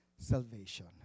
salvation